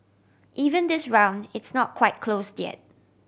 even this round it's not quite closed yet